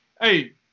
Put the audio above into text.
hey